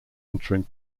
entering